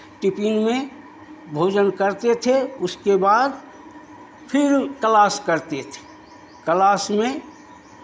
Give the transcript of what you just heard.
tiffin में भोजन करते थे उसके बाद फिर क्लास करते थे क्लास में